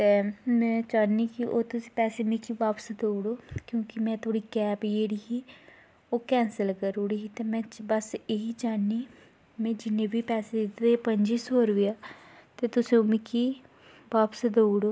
ते में चाह्न्नी कि ओह् तुस पैसे मिगी बापस देई ओड़ो क्यों में जेह्ड़ी कैब तुआढ़ी ही ओह् कैंसल करी ओड़ी ही ते में ते में बस इही चाह्न्नी में जिन्ने बी पैसे दित्ते दे हे पंजी सौ रपेआ त् तुस ओह् मिगी बापस देई ओड़ो